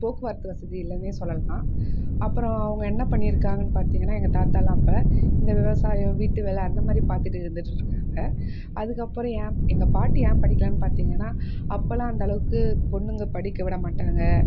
போக்குவரத்து வசதி இல்லைனே சொல்லலாம் அப்புறம் அவங்க என்ன பண்ணி இருக்காங்கனு பார்த்திங்கன்னா எங்கள் தாத்தாலாம் அப்போ இந்த விவசாயம் வீட்டு வேலை அந்த மாதிரி பார்த்துட்டு இருந்துட்டுருக்காங்க அதுக்கு அப்புறம் என் எங்கள் பாட்டி ஏன் படிக்கலைன்னு பார்த்திங்கன்னா அப்போலாம் அந்தளவுக்கு பொண்ணுங்க படிக்க விட மாட்டாங்க